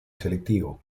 selectivo